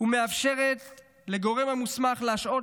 ומאפשרת לגורם המוסמך להשעות,